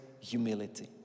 humility